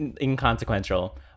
inconsequential